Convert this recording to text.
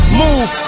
move